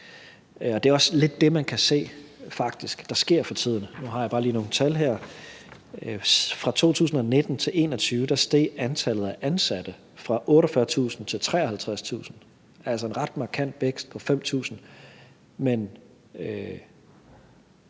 se sker for tiden. Nu har jeg bare lige nogle tal her: Fra 2019 til 2021 steg antallet af ansatte fra 48.000 til 53.000, altså en ret markant vækst på 5.000.